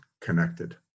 connected